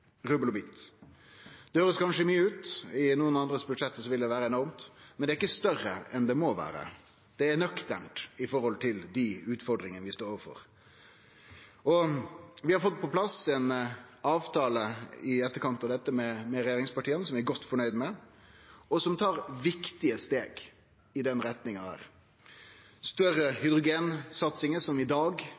rubbel og bit. Det høyrest kanskje mykje ut, i nokon andre sine budsjett vil det vere enormt, men det er ikkje større enn det må vere. Det er nøkternt i forhold til dei utfordringane vi står overfor. I etterkant av dette har vi fått på plass ein avtale med regjeringspartia som vi er godt fornøgde med, og som tar viktige steg i den retninga der. Større hydrogensatsingar, som i dag